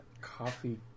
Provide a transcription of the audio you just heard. Coffee